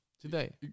Today